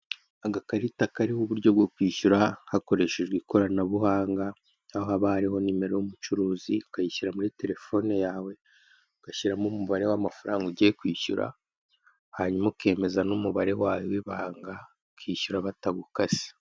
Agakarita kariho uburyo bwo kwishyura ukoresheje ikoranabuhanga aho haba hariho nimero y'umucuruzi ukayishyira muri telerefone yawe ugashyiramo umubare w'amafaranga ugiye kwishyura ugashyiramo umubare wawe w'ibanga ukishyura batagukase.